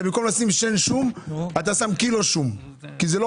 כי במקום שן אחת של שום אתה צריך לשים קילו של שום בשביל שיהיה טעם,